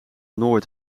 nooit